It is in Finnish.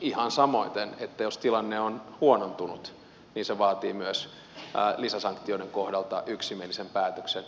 ihan samoiten jos tilanne on huonontunut se vaatii myös lisäsanktioiden kohdalta yksimielisen päätöksen